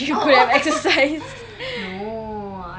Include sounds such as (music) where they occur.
(laughs) you could have exercised (breath)